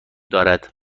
دارد